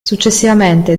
successivamente